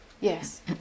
Yes